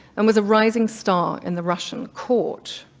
and was a rising star in the russian court.